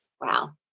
Wow